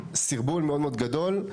סרבול מאוד גדול,